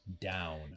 down